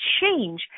change